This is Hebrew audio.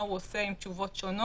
מה הוא עושה עם תשובות שונות,